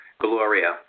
Gloria